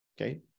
Okay